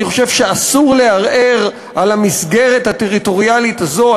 אני חושב שאסור לערער על המסגרת הטריטוריאלית הזו,